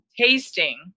tasting